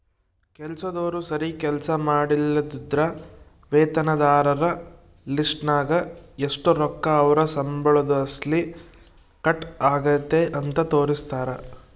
ಕೆಲಸ್ದೋರು ಸರೀಗ್ ಕೆಲ್ಸ ಮಾಡ್ಲಿಲ್ಲುದ್ರ ವೇತನದಾರರ ಲಿಸ್ಟ್ನಾಗ ಎಷು ರೊಕ್ಕ ಅವ್ರ್ ಸಂಬಳುದ್ಲಾಸಿ ಕಟ್ ಆಗೆತೆ ಅಂತ ತೋರಿಸ್ತಾರ